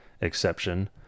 exception